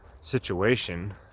situation